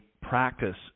practice